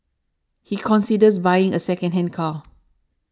he considers buying a secondhand car